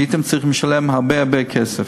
שהייתם צריכים לשלם הרבה הרבה כסף.